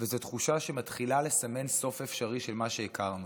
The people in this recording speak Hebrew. וזו תחושה שמתחילה לסמן סוף אפשרי של מה שהכרנו.